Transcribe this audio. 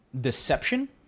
Deception